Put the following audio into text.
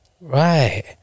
right